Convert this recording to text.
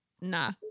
nah